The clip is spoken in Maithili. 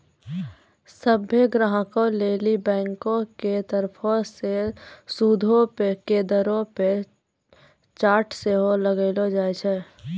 सभ्भे ग्राहको लेली बैंको के तरफो से सूदो के दरो के चार्ट सेहो लगैलो जाय छै